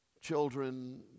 children